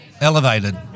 elevated